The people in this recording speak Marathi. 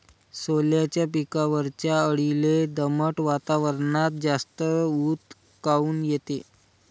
सोल्याच्या पिकावरच्या अळीले दमट वातावरनात जास्त ऊत काऊन येते?